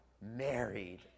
married